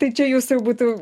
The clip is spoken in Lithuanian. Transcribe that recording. tai čia jūs jau būtų